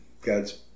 God's